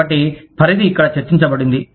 కాబట్టి పరిధి ఇక్కడ చర్చించబడింది